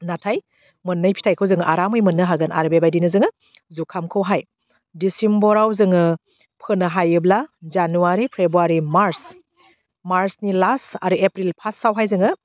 नाथाय मोननै फिथाइखौ जों आरामै मोननो हागोन आरो बेबायदिनो जोङो जुखामखौहाय डिसिम्बराव जोङो फोनो हायोब्ला जानुवारि फेब्रुवारि मार्च मार्चनि लास्ट आरो एप्रिल फार्स्टआवहाय जोङो